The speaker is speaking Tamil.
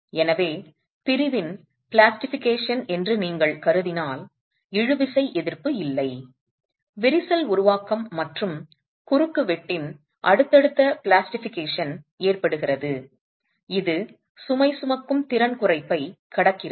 எனவே பிரிவின் பிளாஸ்டிஃபிகேஷன் என்று நீங்கள் கருதினால் இழுவிசை எதிர்ப்பு இல்லை விரிசல் உருவாக்கம் மற்றும் குறுக்குவெட்டின் அடுத்தடுத்த பிளாஸ்டிஃபிகேஷன் ஏற்படுகிறது இது சுமை சுமக்கும் திறன் குறைப்பைக் கடக்கிறது